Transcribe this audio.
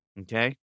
okay